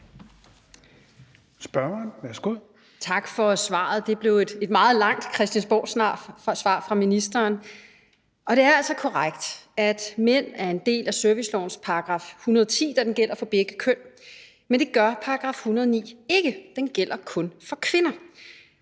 Thiesen (NB): Tak for svaret. Det blev et meget langt Christiansborgsvar fra ministeren. Og det er altså korrekt, at mænd er en del af servicelovens § 110, da den gælder for begge køn, men det gør § 109 ikke. Den gælder kun for kvinder.